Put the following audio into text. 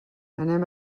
anem